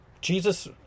jesus